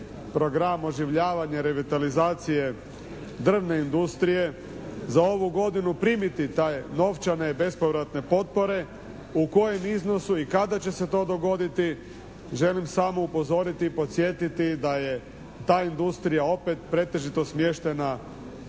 program oživljavanja revitalizacije drvne industrije za ovu godinu primiti te novčane bespovratne potpore, u kojem iznosu i kada će se to dogoditi? Želim samo upozoriti i podsjetiti da je ta industrija opet pretežito smještena